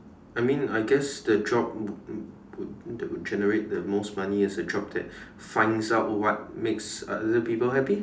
I mean I guess the job would that would generate the most money is a job that finds out what makes other people happy